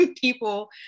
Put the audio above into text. people